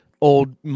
old